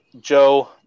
joe